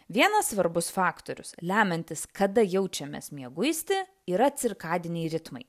vienas svarbus faktorius lemiantis kada jaučiamės mieguisti yra cirkadiniai ritmai